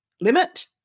limit